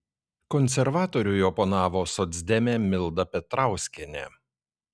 konservatoriui oponavo socdemė milda petrauskienė